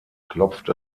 klopft